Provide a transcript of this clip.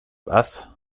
was